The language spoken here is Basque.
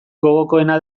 gogokoena